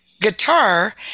guitar